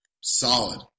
solid